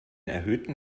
erhöhten